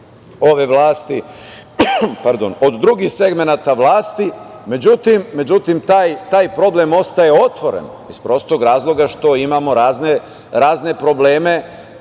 ove vlasti od drugih segmenata vlasti.Međutim, taj problem ostaje otvoren, iz prostog razloga što imamo razne probleme